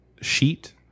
sheet